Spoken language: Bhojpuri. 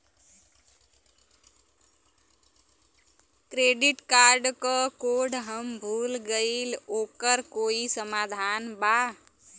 क्रेडिट कार्ड क कोड हम भूल गइली ओकर कोई समाधान बा?